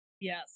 Yes